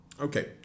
Okay